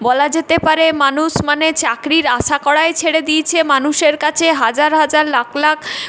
বলা যেতে পারে মানুষ মানে চাকরির আশা করাই ছেড়ে দিয়েছে মানুষের কাছে হাজার হাজার লাখ লাখ